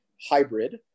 hybrid